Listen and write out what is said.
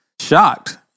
shocked